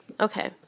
Okay